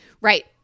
right